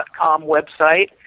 website